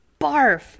barf